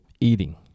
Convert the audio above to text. eating